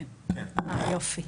יופי,